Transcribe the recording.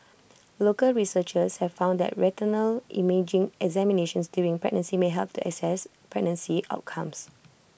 local researchers have found that retinal imaging examinations during pregnancy may help to assess pregnancy outcomes